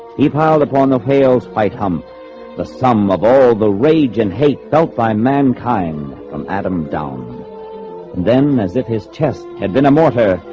he piled upon the hales fight hump the sum of all the rage and hate felt by mankind from adam down and then as if his chest had been a mortar,